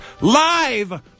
live